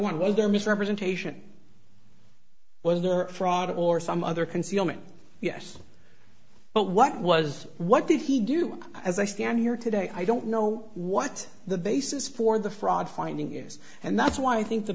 one was there misrepresentation was a fraud or some other concealment yes but what was what did he do as i stand here today i don't know what the basis for the fraud finding is and that's why i think the